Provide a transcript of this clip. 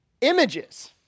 Images